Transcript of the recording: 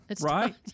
right